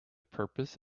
purpose